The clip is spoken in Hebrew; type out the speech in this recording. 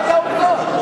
אלה לא עובדות.